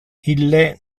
ille